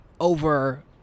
over